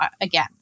again